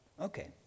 Okay